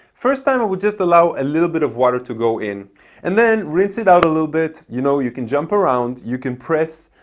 first time i would just allow a little bit of water to go in and then rinse it out a little bit you know you can jump around, you can press,